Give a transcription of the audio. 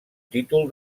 títol